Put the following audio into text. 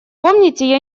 помните